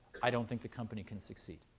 i don't think the company can succeed.